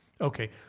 Okay